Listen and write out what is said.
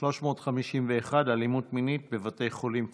מס' 351: אלימות מינית בבתי חולים פסיכיאטריים.